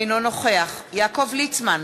אינו נוכח יעקב ליצמן,